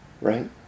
Right